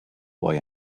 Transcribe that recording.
boy